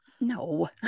No